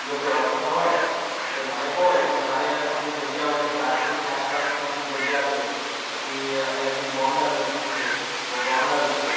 જો કોઈ ઓપ્શન હોય તો એ મને કો એટલે મારે અમુક જગ્યાઓ અહીંથી રાજકોટની આસપાસની અમુક જગ્યા છે પછી અહીંયાંથી ગોંડલ નજીક છે તો ગોંડલ છે